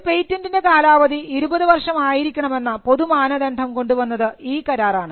ഒരു പേറ്റന്റിൻറെ കാലാവധി ഇരുപതുവർഷം ആയിരിക്കണമെന്ന പൊതുമാനദണ്ഡം കൊണ്ടുവന്നത് ഈ കരാറാണ്